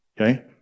okay